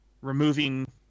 removing